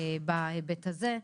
בהיבט הזה.